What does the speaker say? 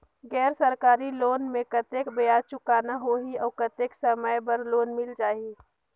गैर सरकारी लोन मे कतेक ब्याज चुकाना होही और कतेक समय बर लोन मिल जाहि?